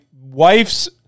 wife's